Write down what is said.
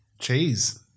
Cheese